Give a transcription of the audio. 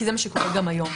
כי זה מה שקורה גם היום.